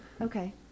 okay